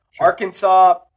Arkansas